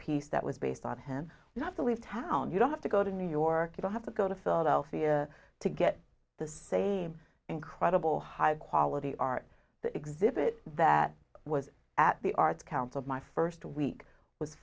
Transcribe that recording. piece that was based on him not to leave town you don't have to go to new york you don't have to go to philadelphia to get the same incredible high quality art exhibit that was at the arts council my first week with